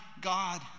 God